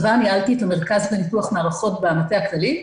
בצבא ניהלתי את המרכז לניתוח מערכות במטה הכללי,